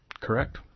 Correct